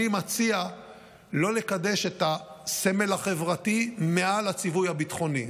אני מציע לא לקדש את הסמל החברתי מעל הציווי הביטחוני.